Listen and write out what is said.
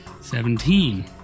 Seventeen